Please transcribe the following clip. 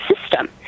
system